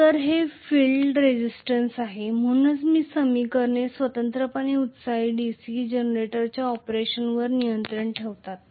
तर हे field resistance आहे म्हणूनच ही समीकरणे स्वतंत्रपणे एक्साइटेड डीसी जनरेटरच्या ऑपरेशनवर नियंत्रण ठेवतात